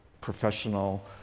professional